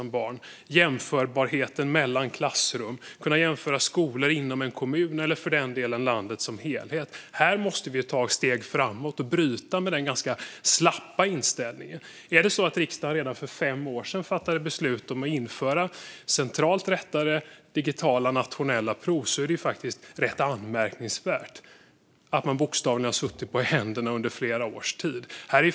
Det handlar om jämförbarhet mellan klassrum och att kunna jämföra skolor inom en kommun eller, för den delen, i landet som helhet. Här måste vi ta ett steg framåt och bryta med den ganska slappa inställningen. När det nu är så att riksdagen redan för fem år sedan fattade beslut om att införa centralt rättade digitala nationella prov är det faktiskt rätt anmärkningsvärt att man bokstavligen har suttit på händerna under flera års tid.